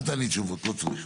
אל תעני תשובות, לא צריך.